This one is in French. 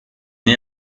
née